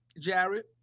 Jared